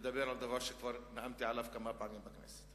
לדבר על דבר שכבר נאמתי עליו כמה פעמים בכנסת,